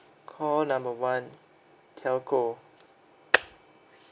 call number one telco